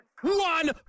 One